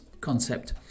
Concept